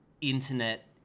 internet